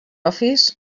office